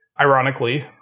Ironically